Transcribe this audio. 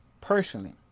personally